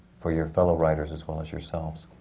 for your fellow writers as well as yourselves?